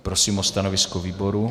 Prosím o stanovisko výboru.